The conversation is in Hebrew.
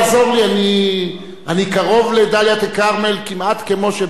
אני קרוב לדאלית-אל-כרמל כמעט כמו שבית-ג'ן קרובה,